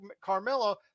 Carmelo